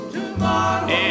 Tomorrow